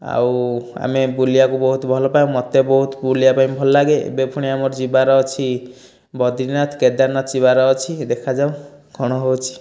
ଆଉ ଆମେ ବୁଲିବାକୁ ବହୁତ ଭଲ ପାଉ ମୋତେ ବହୁତ ବୁଲିବା ପାଇଁ ଭଲ ଲାଗେ ଏବେ ପୁଣି ଆମର ଯିବାର ଅଛି ବଦ୍ରିନାଥ କେଦାରନାଥ ଯିବାର ଅଛି ଦେଖାଯାଉ କ'ଣ ହେଉଛି